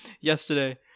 yesterday